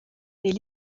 est